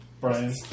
Brian